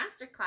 masterclass